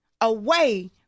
away